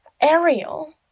Ariel